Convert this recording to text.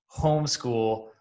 homeschool